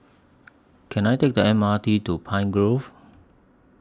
Can I Take The M R T to Pine Grove